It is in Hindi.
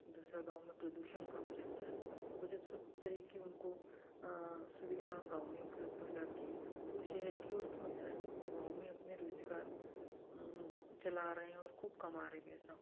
दूसरा गाँव में प्रदूषण कम रहता है वह जब सब तरह कि उनको सुविधा गाँव में उपलब्ध हो जाती है तो वह शहर की ओर क्यों जाएँ वह गाँव में अपने रोज़गार चला रहे हैं और खूब कमा रहे हैं पैसा